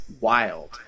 wild